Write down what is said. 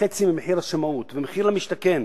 חצי ממחיר השמאות במחיר למשתכן,